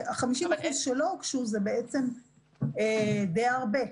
וה-50% שלא הוגשו זה די הרבה.